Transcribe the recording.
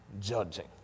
judging